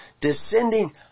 descending